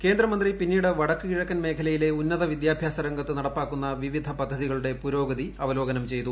കേന്ദ്രമന്ത്രി പിന്നീട് വടക്കു കിഴക്കൻ മേഖലയിലെ ഉന്നത വിദ്യാഭ്യാസരംഗത്ത് നടപ്പാക്കുന്ന വിവിധ പദ്ധതികളുടെ പുരോഗതി അവലോകനം ചെയ്തു